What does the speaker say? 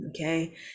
okay